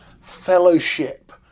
fellowship